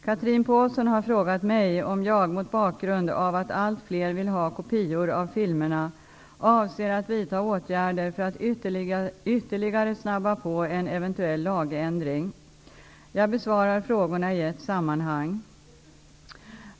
Chatrine Pålsson har frågat mig om jag, mot bakgrund av att allt fler vill ha kopior av filmerna, avser att vidta åtgärder för att ytterligare snabba på en eventuell lagändring. Jag besvarar frågorna i ett sammanhang.